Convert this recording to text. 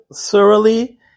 thoroughly